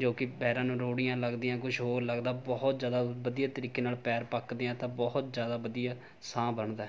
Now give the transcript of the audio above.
ਜੋ ਕਿ ਪੈਰਾਂ ਨੂੰ ਰੋੜੀਆਂ ਲੱਗਦੀਆਂ ਕੁਝ ਹੋਰ ਲੱਗਦਾ ਬਹੁਤ ਜ਼ਿਆਦਾ ਵਧੀਆ ਤਰੀਕੇ ਨਾਲ ਪੈਰ ਪੱਕਦੇ ਹੈ ਤਾਂ ਬਹੁਤ ਜ਼ਿਆਦਾ ਵਧੀਆ ਸਾਂਹ ਬਣਦਾ